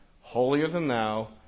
holier-than-thou